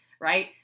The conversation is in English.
right